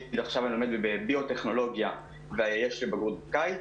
עכשיו אני לומד ביוטכנולוגיה ויש לי בגרות בקיץ,